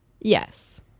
Yes